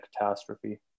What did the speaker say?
catastrophe